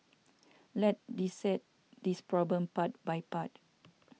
let dissect this problem part by part